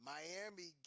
Miami